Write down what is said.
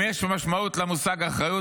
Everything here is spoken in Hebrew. אם יש משמעות למושג אחריות,